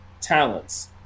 talents